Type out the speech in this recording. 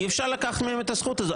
אי אפשר לקחת מהם את הזכות הזאת.